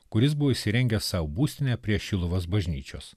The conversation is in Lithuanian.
kuris buvo įsirengęs sau būstinę prie šiluvos bažnyčios